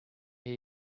hear